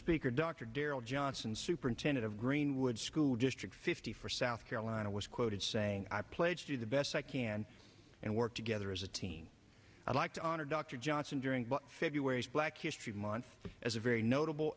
speaker dr darrell superintendent of greenwood school district fifty for south carolina was quoted saying i pledge to the best i can and work together as a team i'd like to honor dr johnson during february's black history month as a very notable